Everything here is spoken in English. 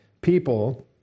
people